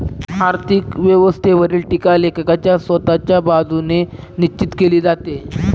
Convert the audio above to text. आर्थिक व्यवस्थेवरील टीका लेखकाच्या स्वतःच्या बाजूने निश्चित केली जाते